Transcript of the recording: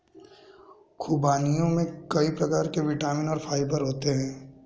ख़ुबानियों में कई प्रकार के विटामिन और फाइबर होते हैं